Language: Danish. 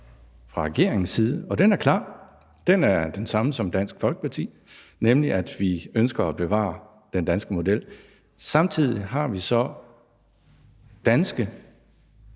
fra regeringens side – og den er klar; det er den samme som Dansk Folkepartis, nemlig at vi ønsker at bevare den danske model – men samtidig har vi så danske